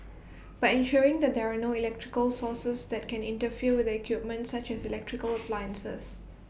by ensuring that there are no electrical sources that can interfere with the equipment such as electrical appliances